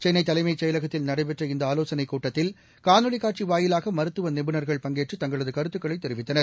சென்னைதலைமைச் செயலகத்தில் நடைபெற்றஇந்தஆலோசனைக் கூட்டத்தில் காணொலிகாட்சிவாயிலாகமருத்துவநிபுணர்கள் பங்கேற்று தங்களதுகருத்துகளைதெரிவித்தனர்